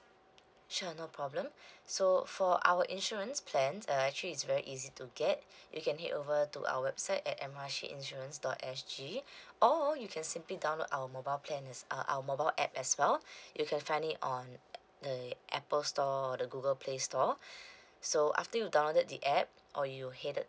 sure no problem so for our insurance plans uh actually is very easy to get you can head over to our website at M R C insurance dot S G or you can simply download our mobile plan is uh our mobile app as well you can find it on the Apple store the Google play store so after you downloaded the app or you headed